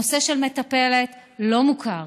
הנושא של מטפלת לא מוכר.